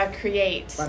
create